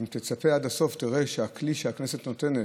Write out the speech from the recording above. אם תצפה עד הסוף, תראה שהכלי שהכנסת נותנת,